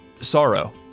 sorrow